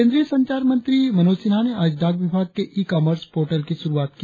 केंद्रीय संचार मंत्री मनोज सिन्हा ने आज डाक विभाग के ई कॉमर्स पोर्टल की शुरुआत की